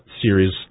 series